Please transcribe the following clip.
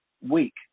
week